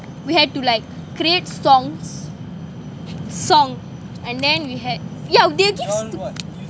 we had to like create songs song and then we had yeah we had this